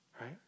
right